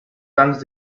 tants